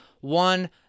one-